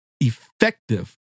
effective